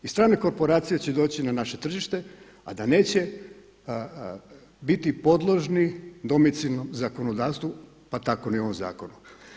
I strane korporacije će doći na naše tržište a da neće biti podložni domicilnom zakonodavstvu pa tako ni ovom zakonu.